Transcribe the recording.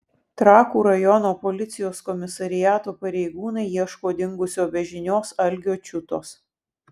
trakų rajono policijos komisariato pareigūnai ieško dingusio be žinios algio čiutos